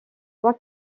quoi